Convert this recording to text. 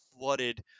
flooded